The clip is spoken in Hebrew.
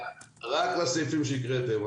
רק לסעיפים שהקראתם.